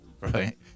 Right